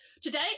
today